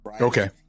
Okay